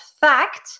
fact